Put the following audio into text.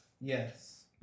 Yes